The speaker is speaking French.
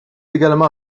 également